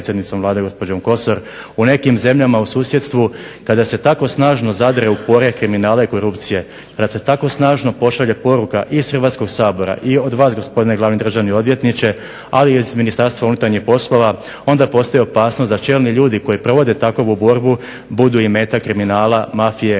u nekim zemljama u susjedstvu kada se tako snažno zadre u pore kriminala i korupcije kada se tako snažno pošalje poruka iz Hrvatskog sabora i od vas gospodine glavni državni odvjetniče ali i iz MUP-a onda postoji opasnost da čelni ljudi koji provode takvu borbu budu i meta kriminala i mafije i prije